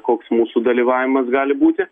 koks mūsų dalyvavimas gali būti